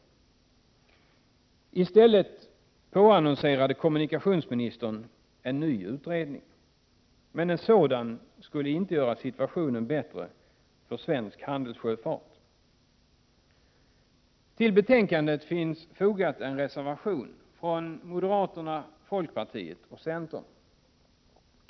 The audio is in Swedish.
I stället påannonserade kommunikationsministern en ny utredning. Men en sådan skulle inte göra situationen för svensk handelssjöfart bättre. Till betänkandet har fogats en reservation från moderaterna, folkpartiet och centern.